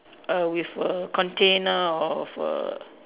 err with a container of a